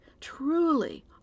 truly